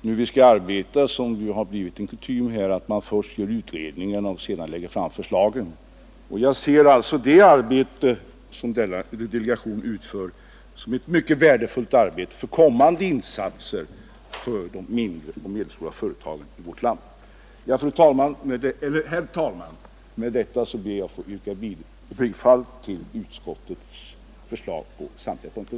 vi nu skall arbeta som det har blivit kutym, 109 dvs. så att man först gör utredningen och sedan lägger fram förslagen, ser jag det arbete som denna delegation utför som värdefullt för kommande insatser för de mindre och medelstora företagen i vårt land. Herr talman! Med detta ber jag att få yrka bifall till utskottets hemställan på samtliga punkter.